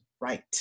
right